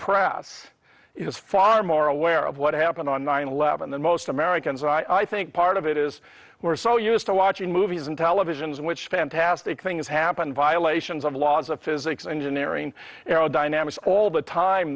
press is far more aware of what happened on nine eleven than most americans and i think part of it is we're so used to watching movies and televisions in which fantastic things happen violations of the laws of physics engineering aerodynamics all the time